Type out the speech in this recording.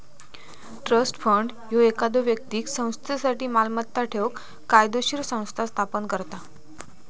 trust fund ह्यो एखाद्यो व्यक्तीक संस्थेसाठी मालमत्ता ठेवूक कायदोशीर संस्था स्थापन करता